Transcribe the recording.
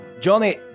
Johnny